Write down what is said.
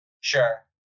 sure